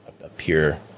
appear